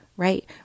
Right